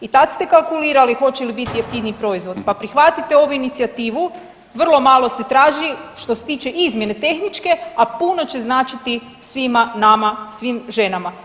I tad ste kalkulirali hoće li biti jeftiniji proizvod, pa prihvatite ovu inicijativu, vrlo malo se traži što se tiče izmjene tehničke, a puno će značiti svima nama, svim ženama.